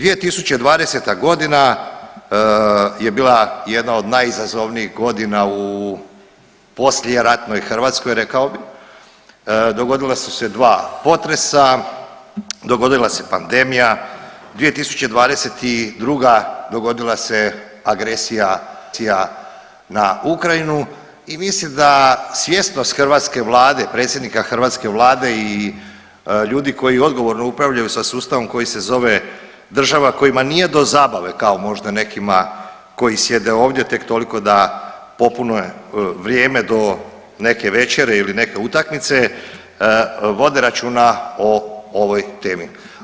2020.g. je bila jedna od najizazovnijih godina u poslijeratnoj Hrvatskoj rekao bi, dogodila su se dva potresa, dogodila se pandemija, 2022. dogodila se agresija na Ukrajinu i mislim da svjesnost hrvatske vlade, predsjednika hrvatske vlade i ljudi koji odgovorno upravljaju sa sustavom koji se zove država, kojima nije do zabave kao možda nekima koji sjede ovdje tek toliko da popune vrijeme do neke večere ili neke utakmice, vode računa o ovoj temi.